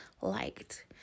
liked